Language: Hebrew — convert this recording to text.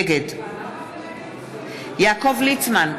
נגד יעקב ליצמן,